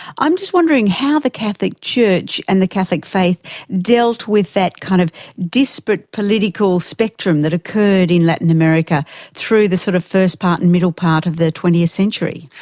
i'm just wondering how the catholic church and the catholic faith dealt with that kind of disparate political spectrum that occurred in latin america through the sort of first part and middle part of the twentieth century.